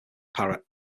parrot